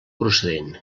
procedent